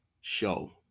show